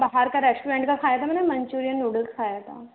बाहर का रेस्टोरेंट का खाया था मैंने मंचूरियन नूडल खाया था